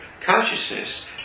consciousness